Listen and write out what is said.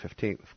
15th